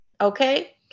okay